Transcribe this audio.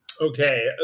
Okay